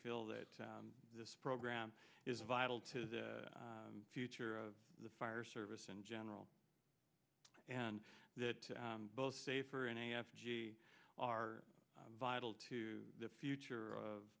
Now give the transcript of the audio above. feel that this program is vital to the future of the fire service in general and that both safer and a f g are vital to the future of